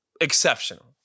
Exceptional